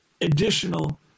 additional